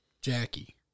Jackie